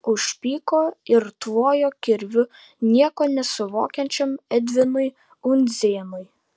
užpyko ir tvojo kirviu nieko nesuvokiančiam edvinui undzėnui